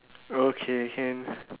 okay can